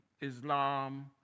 Islam